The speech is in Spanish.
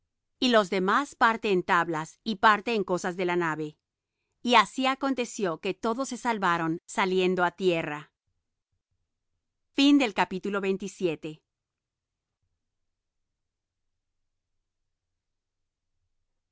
y los demás parte en tablas parte en cosas de la nave y así aconteció que todos se salvaron saliendo á tierra y